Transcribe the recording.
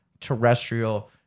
terrestrial